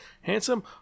Handsome